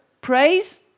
praise